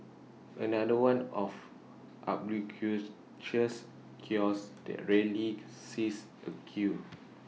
another one of kiosks that rarely sees A queue